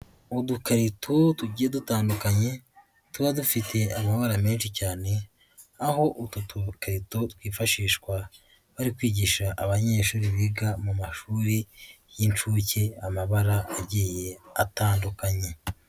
Udukarito tugiye dutandukanye tuba dufite amabara menshi cyane, aho utwo dukarito twifashishwa bari kwigisha abanyeshuri biga mu mashuri y'inshuke, amabara agiye atandukanye.